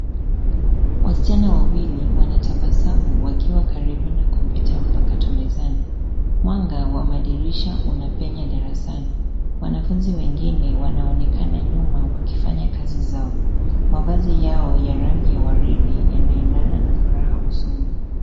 Wasichana wawili wanatabasamu wakiwa karibu na kompyuta mpakato mezani. Mwanga wa madirisha unapenya darasani. Wanafunzi wengine wanaonekana nyuma wakifanya kazi zao. Mavazi yao ya rangi ya waridi yanaendana na furaha usoni.